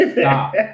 stop